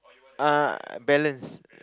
ah balance